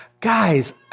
guys